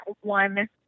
one